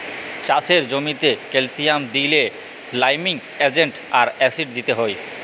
চাষের জ্যামিতে ক্যালসিয়াম দিইলে লাইমিং এজেন্ট আর অ্যাসিড দিতে হ্যয়